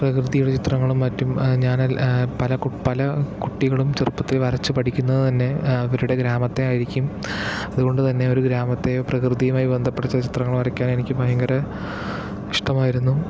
പ്രകൃതിയുടെ ചിത്രങ്ങളും മറ്റും ഞാന് പല പല കുട്ടികളും ചെറുപ്പത്തിൽ വരച്ചു പഠിക്കുന്നത് തന്നെ അവരുടെ ഗ്രാമത്തെ ആയിരിക്കും അതുകൊണ്ടുതന്നെ ഒരു ഗ്രാമത്തെ പ്രകൃതിയുമായി ബന്ധപ്പെടുത്തി ചിത്രങ്ങൾ വരയ്ക്കാനെനിക്ക് ഭയങ്കര ഇഷ്ടമായിരുന്നു